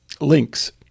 links